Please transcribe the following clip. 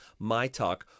MYTALK